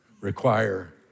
require